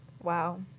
Wow